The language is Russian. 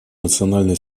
национальной